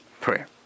Prayer